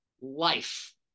life